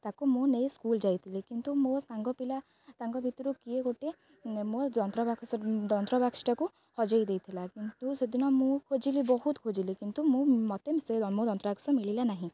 ତାକୁ ମୁଁ ନେଇ ସ୍କୁଲ ଯାଇଥିଲି କିନ୍ତୁ ମୋ ସାଙ୍ଗ ପିଲା ତାଙ୍କ ଭିତରୁ କିଏ ଗୋଟେ ମୋ ଯନ୍ତ୍ରବାକ୍ସଟାକୁ ହଜାଇ ଦେଇଥିଲା କିନ୍ତୁ ସେଦିନ ମୁଁ ଖୋଜିଲି ବହୁତ ଖୋଜିଲି କିନ୍ତୁ ମୁଁ ମୋତେ ସେ ମୋ ଯନ୍ତ୍ରବାକ୍ସ ମିଳିଲା ନାହିଁ